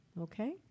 Okay